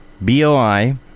BOI